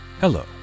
Hello